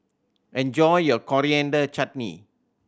enjoy your Coriander Chutney